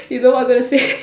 you know what they'll say